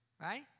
right